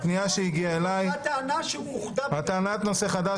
הפנייה שהגיעה אליי: טענת נושא חדש